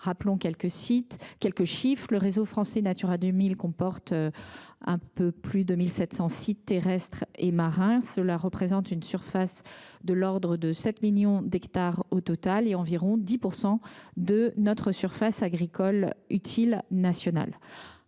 Rappelons quelques chiffres : le réseau français Natura 2000 comporte un peu plus de 1 750 sites terrestres et marins, représentant une surface terrestre de 7 millions d’hectares au total, soit environ 10 % de la surface agricole utile nationale.